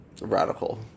Radical